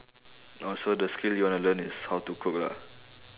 oh so the skill you wanna learn is how to cook lah